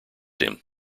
him